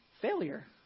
Failure